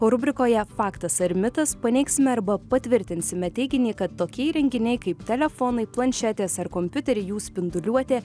rubrikoje faktas ar mitas paneigsime arba patvirtinsime teiginį kad tokie įrenginiai kaip telefonai planšetės ar kompiuteriai jų spinduliuotė